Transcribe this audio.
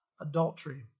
adultery